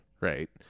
right